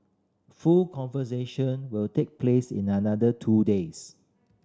full conversion will take place in another two days